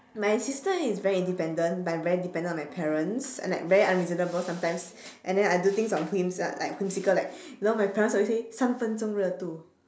my sister is very independent but I'm very dependent on my parents and like very unreasonable sometimes and then I do things on whims ah like whimsical like you know my parents always say 三分钟热度